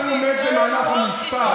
מתנועת האחים המוסלמים,